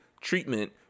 treatment